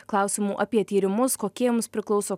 klausimų apie tyrimus kokie jums priklauso